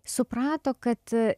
suprato kad